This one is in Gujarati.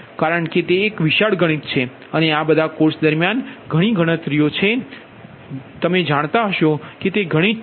તેથી કારણ કે તે એક વિશાળ ગણિત છે અને આ બધા કોર્સ દરમ્યાન ઘણી ગણતરીઓ છે તમે જાણતા હશો કે તે ગણિત છે